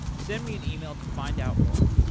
send me an email to find out more,